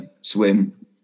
swim